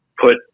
put